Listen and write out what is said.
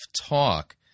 talk